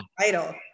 title